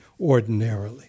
ordinarily